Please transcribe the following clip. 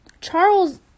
Charles